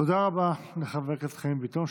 תודה רבה לחבר הכנסת חיים ביטון,